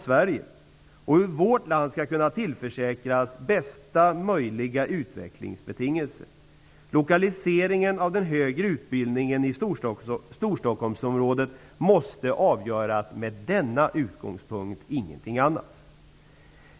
Till detta kommer hur vårt land skall kunna tillförsäkras bästa möjliga utvecklingsbetingelser. Storstockholmsområdet måste avgöras med denna som utgångspunkt -- ingenting annat.